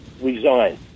Resign